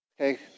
Okay